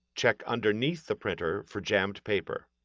check underneath the printer for jammed paper.